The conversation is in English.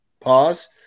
pause